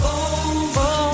over